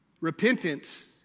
Repentance